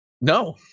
No